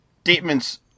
statements